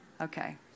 Okay